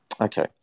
Okay